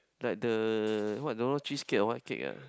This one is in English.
like the what don't know cheese cake or what cake ah